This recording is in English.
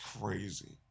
crazy